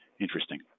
Interesting